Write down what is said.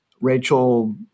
Rachel